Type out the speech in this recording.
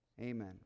Amen